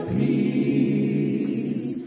peace